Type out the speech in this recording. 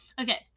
Okay